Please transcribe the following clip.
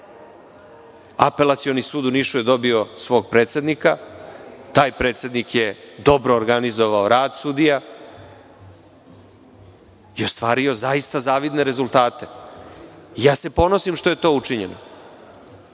Apelacioni sud u Nišu je dobio svog predsednika, taj predsednik je dobro organizovao rad sudija i ostvario zaista zavidne rezultate i ja se ponosim što je to učinjeno. Da